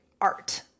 art